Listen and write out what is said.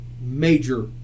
major